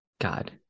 God